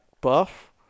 buff